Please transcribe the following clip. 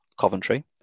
Coventry